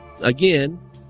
again